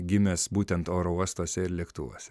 gimęs būtent oro uostuose ir lėktuvuose